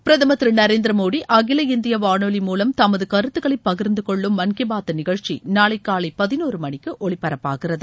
பிரதம் திரு நரேந்திர மோடி அகில இந்திய வானொலி மூலம் தமது கருத்துக்களை பகிர்ந்து கொள்ளும் மான் கி பாத் நிகழ்ச்சி நாளை காலை பதினோரு மணிக்கு ஒலிபரப்பாகிறது